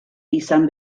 izan